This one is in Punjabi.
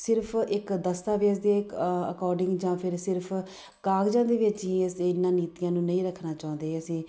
ਸਿਰਫ਼ ਇੱਕ ਦਸਤਾਵੇਜ਼ ਦੇ ਅਕੋਰਡਿੰਗ ਜਾਂ ਫਿਰ ਸਿਰਫ਼ ਕਾਗਜ਼ਾਂ ਦੇ ਵਿੱਚ ਹੀ ਅਸੀਂ ਇਹਨਾਂ ਨੀਤੀਆਂ ਨੂੰ ਨਹੀਂ ਰੱਖਣਾ ਚਾਹੁੰਦੇ ਅਸੀਂ